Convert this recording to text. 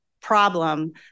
problem